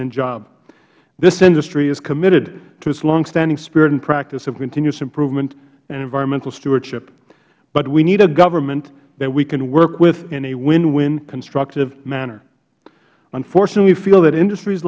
and jobs this industry is committed to its longstanding spirit and practice of continuous improvement and environmental stewardship but we need a government that we can work with in a winwin constructive manner unfortunately we feel that industries